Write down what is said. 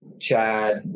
Chad